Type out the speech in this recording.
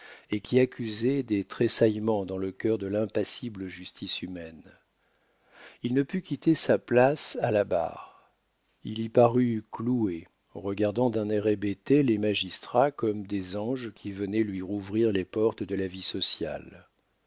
et qui accusait des tressaillements dans le cœur de l'impassible justice humaine il ne put quitter sa place à la barre il y parut cloué regardant d'un air hébété les magistrats comme des anges qui venaient lui rouvrir les portes de la vie sociale